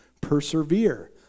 persevere